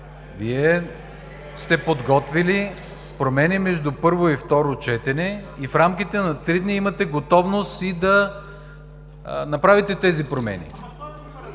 Вие сте подготвили промени между първо и второ четене и в рамките на 3 дни имате готовност да направите тези промени.